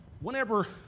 Whenever